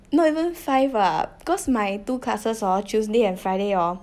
not even five ah because my two classes hor tuesday and friday hor